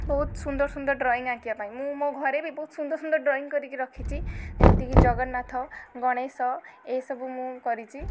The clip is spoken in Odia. ବହୁତ ସୁନ୍ଦର ସୁନ୍ଦର ଡ୍ରଇଂ ଆଙ୍କିବା ପାଇଁ ମୁଁ ମୋ ଘରେ ବି ବହୁତ ସୁନ୍ଦର ସୁନ୍ଦର ଡ୍ରଇଂ କରିକି ରଖିଛି ଏମିତିକି ଜଗନ୍ନାଥ ଗଣେଶ ଏ ସବୁ ମୁଁ କରିଛି